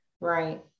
Right